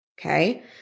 okay